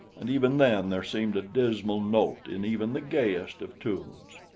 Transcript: and even then there seemed a dismal note in even the gayest of tunes.